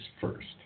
first